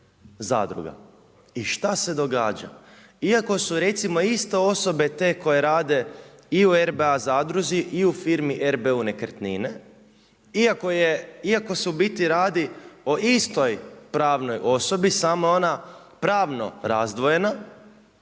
I šta se događa? Iako su recimo iste osobe te koje rade i u RBA zadruzi i u firmi R.B.U. nekretnine iako se u biti radi o istoj pravnoj osobi samo je ona pravno razdvojena,